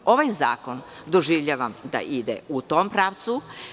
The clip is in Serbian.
Ovaj zakon doživljavam da ide u tom pravcu.